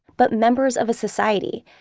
but members of a society.